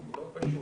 דרך אגב,